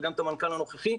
וגם את המנכ"ל הנוכחי,